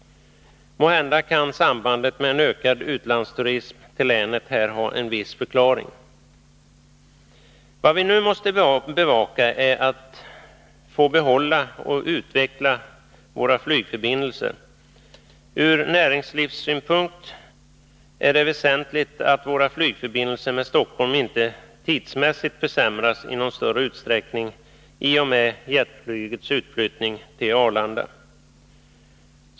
Måhända kan sambandet med en ökad utlandsturism till länet här ha haft en viss betydelse. Vad vi nu måste bevaka är att vi får behålla och utveckla våra flygförbindelser. Ur näringslivssynpunkt är det väsentligt att våra flygförbindelser med Stockholm inte tidsmässigt försämras i någon större utsträckning i och med jetflygets utflyttning till Arlanda.